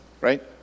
right